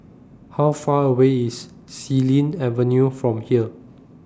How Far away IS Xilin Avenue from here